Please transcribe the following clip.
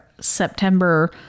September